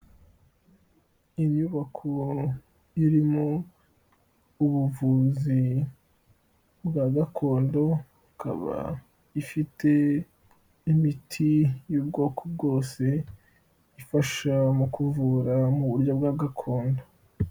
Inyubako irimo ubuvuzi bwa gakondo, ikaba ifite imiti y'ubwoko bwose, ifasha mu kuvura mu buryo bwa gakondo.